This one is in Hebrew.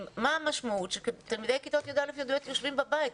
מה המשמעות שתלמידי כיתות י"א-י"ב יושבים בבית.